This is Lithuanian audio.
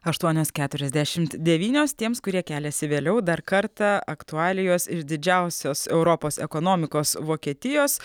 aštuonios keturiasdešimt devynios tiems kurie keliasi vėliau dar kartą aktualijos iš didžiausios europos ekonomikos vokietijos